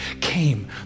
came